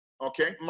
Okay